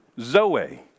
zoe